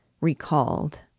recalled